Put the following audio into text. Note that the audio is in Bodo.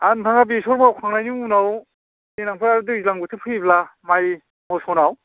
आर नोंथाङा बेसर मावखांनायनि उनाव देनांफोर दैज्लां बोथोर फैयोब्ला माय मस'नाव